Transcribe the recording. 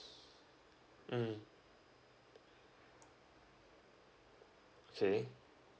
mm okay